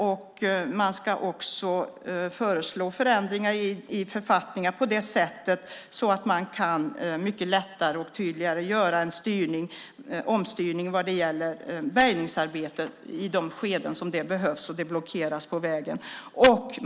Verket ska också föreslå förändringar i författningar så att det lättare och tydligare går att omstyra bärgningsarbetet i de skeden det behövs när det är blockeringar på en väg.